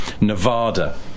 Nevada